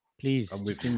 please